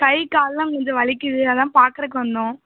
கை கால்லாம் கொஞ்சம் வலிக்கிறது அதுதான் பார்க்குறதுக்கு வந்தோம்